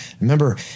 Remember